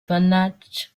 banach